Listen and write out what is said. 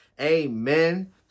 Amen